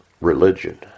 religion